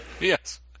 Yes